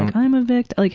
i'm a victim. like